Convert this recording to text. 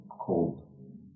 cold